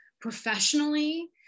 professionally